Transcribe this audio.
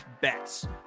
bets